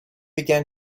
began